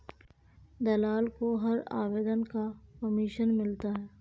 दलाल को हर आवेदन का कमीशन मिलता है